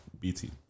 BT